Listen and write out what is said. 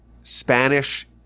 Spanish